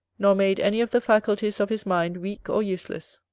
nor made any of the faculties of his mind weak or useless.